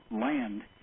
land